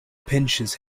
pinches